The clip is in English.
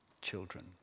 Children